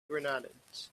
grenadines